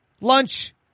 Lunch